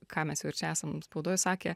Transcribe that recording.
ką mes jau ir čia esam spaudoj sakę